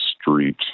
street